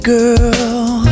girl